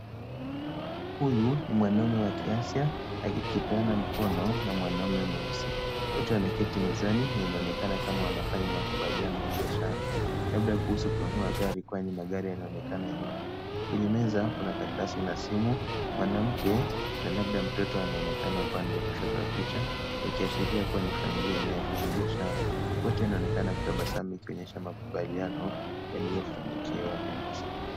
Huyu ni mwanaume wa kiasia akipeana mkono na mwanaume mweusi. Wote wameketi mezani na inaonekana kama wanafanya makubaliano ya biashara labda kuhusu kununua gari kwani magari yanaonekana nyuma. Kwenye meza, kuna karatasi na simu. Mwanamke na labda mtoto wanaonekana upande wa kushoto wa picha wakiashiria kuwa ni familia inayofanya biashara. Wote wanaonekana kutabasamu ikionyesha makubaliano yaliyofanikiwa.